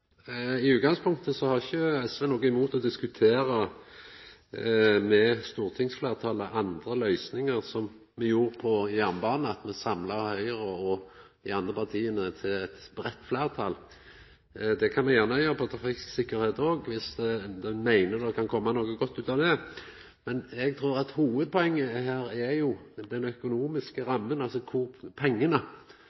I utgangspunktet har ikkje SV noko imot å diskutera andre løysingar med stortingsfleirtalet, som me gjorde når det gjaldt jernbane, då me samla Høgre og dei andre partia i eit breitt fleirtal. Det kan me òg gjera når det gjeld trafikksikkerheit, viss ein meiner at det kan koma noko godt ut av det. Men eg trur hovudpoenget her er den økonomiske